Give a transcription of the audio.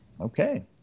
Okay